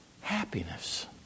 happiness